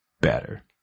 better